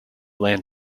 land